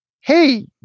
hey